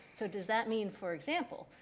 so, does that mean, for example,